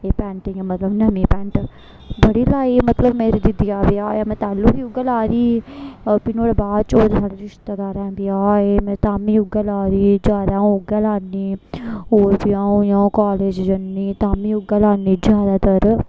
एह् पैंट इ'यां मतलब नमीं पैंट बड़ी लाई मतलब मेरी दीदिया दा ब्याह होएआ में तैलु बी उ'यै लाई दी ही फ्ही नुहाड़े बाद च ओह् जेह्ड़े साढ़े रिश्तेदारें ब्याह होऐ में ताम्मीं उ'यै लाई दी ही ज्यादा आ'ऊं उ'यै लान्नी होर ब्याह् होई गे जां कालेज जन्नी ताम्मींं उ'यै गै लान्नी ज्यादातर